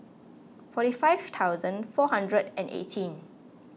forty five thousand four hundred and eighteen